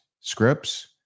scripts